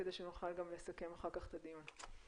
כדי שנוכל אחר כך לסכם את הדיון.